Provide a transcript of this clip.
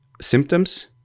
symptoms